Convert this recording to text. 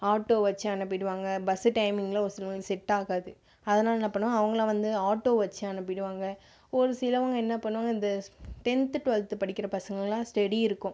auto வச்சு அனுப்பிவிடுவாங்க bus டைமிங்கலாம் ஒரு சிலவங்களுக்கு செட் ஆகாது அதனால் என்ன பண்ணுவாங்க அவங்களாம் வந்து ஆட்டோ வச்சு அனுப்பிவிடுவாங்க ஒரு சிலவங்க என்ன பண்ணுவாங்க இந்த டென்த் டுவல்த் படிக்கிற பசங்களுக்கெல்லாம் ஸ்டெடி இருக்கும்